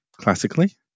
classically